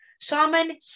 shaman